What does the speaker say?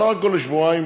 בסך הכול לשבועיים,